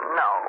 no